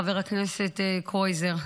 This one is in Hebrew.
חבר הכנסת קרויזר.